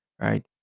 Right